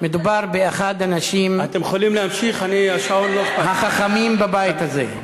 מדובר באחד האנשים החכמים בבית הזה.